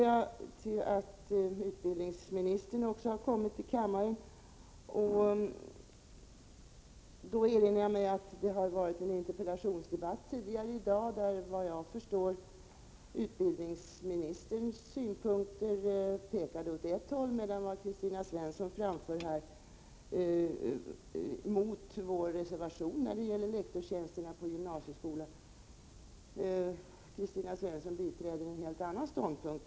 Jag ser att utbildningsministern nu har kommit till kammaren. Då erinrar jag mig att det har varit en interpellationsdebatt tidigare i dag där, såvitt jag förstår, utbildningsministerns synpunkter pekade åt ett håll, medan Kristina Svensson biträdde en helt annan ståndpunkt när det gäller lektorstjänsterna på gymnasieskolan.